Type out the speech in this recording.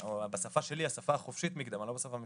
בשפה שלי, השפה החופשית, מקדמה, לא בשפה המשפטית,